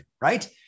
right